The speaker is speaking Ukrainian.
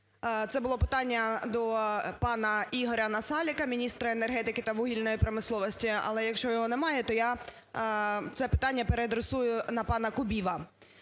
Це було питання до пана Ігоря Насалика, міністра енергетики та вугільної промисловості. Але якщо його немає, то я це питання переадресую на пана Кубіва.